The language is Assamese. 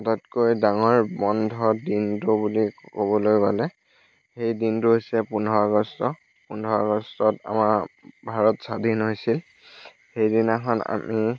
আটাইতকৈ ডাঙৰ বন্ধৰ দিনটো বুলি ক'বলৈ গ'লে সেই দিনটো হৈছে পোন্ধৰ আগষ্ট পোন্ধৰ আগষ্টত আমাৰ ভাৰত স্বাধীন হৈছিল সেইদিনাখন আমি